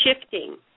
shifting